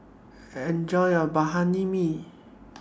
Enjoy your MI